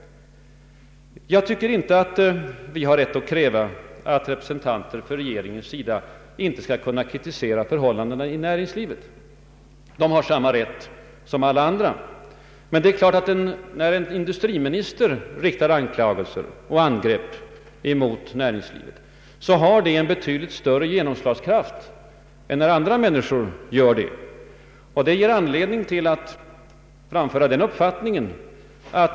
Jag tycker inte att vi har rätt att kräva att representanter från regeringens sida inte skall kunna kritisera förhållandena i näringslivet. De har samma rätt som alla andra. Men när en industriminister riktar anklagelser och angrepp mot näringslivet har de en betydligt större genomslagskraft än när andra människor gör det.